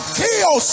kill